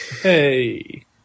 Hey